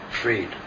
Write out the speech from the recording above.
freed